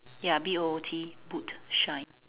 ya B O O T boot shine